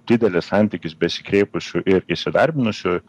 didelis santykis besikreipusių ir įsidarbinusių